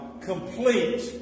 complete